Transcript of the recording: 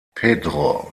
pedro